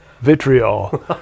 vitriol